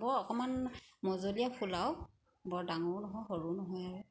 বৰ অকমান মজলীয়া ফুল আৰু বৰ ডাঙৰো নহয় সৰুও নহয় আৰু